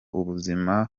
ubuzima